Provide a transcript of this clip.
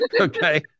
Okay